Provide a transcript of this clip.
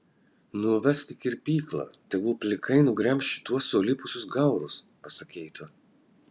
nuvesk į kirpyklą tegul plikai nugremš šituos sulipusius gaurus pasakei tu